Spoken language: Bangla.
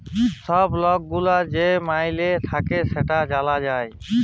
ছব লক গুলার যে মাইলে থ্যাকে সেট জালা যায়